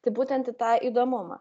tai būtent tą įdomumą